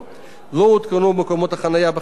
לא הותקנו מקומות החנייה בחניון הציבורי,